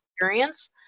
experience